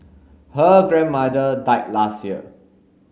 her grandmother died last year